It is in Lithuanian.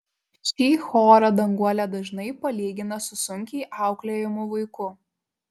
šį chorą danguolė dažnai palygina su sunkiai auklėjamu vaiku